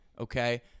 okay